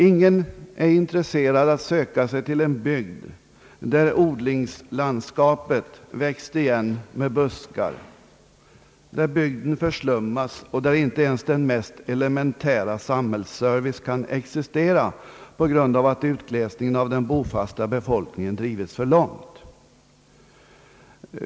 Ingen är intresserad av att söka sig till en bygd där odlingslandskapet har växt igen med buskar, bygden förslummats och där inte ens den mest elementära samhällsservice kan existera på grund av att utglesningen av den bofasta befolkningen har drivits för långt.